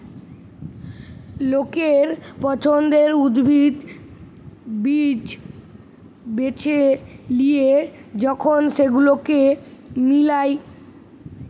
লোকের পছন্দের উদ্ভিদ, বীজ বেছে লিয়ে যখন সেগুলোকে মিলায়